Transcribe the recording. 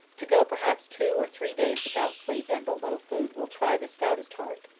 to go perhaps two or three days without sleep and but little food will try the stoutest heart.